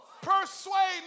persuade